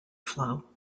flow